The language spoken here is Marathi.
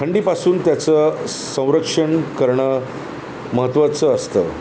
थंडीपासून त्याचं संरक्षण करणं महत्वाचं असतं